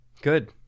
Good